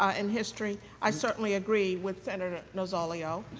ah in history, i certainly agree with senator nozzolio.